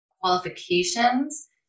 qualifications